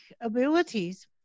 abilities